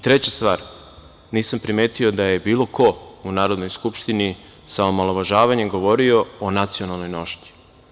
Treća stvar, nisam primetio da je bilo ko u Narodnoj skupštini sa omalovažavanjem govorio o nacionalnoj nošnji.